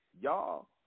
y'all